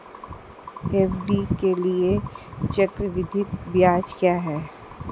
FD के लिए चक्रवृद्धि ब्याज क्या है?